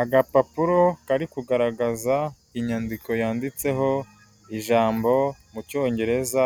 Agapapuro kari kugaragaza inyandiko yanditseho ijambo mu cyongereza